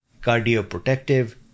cardioprotective